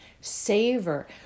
savor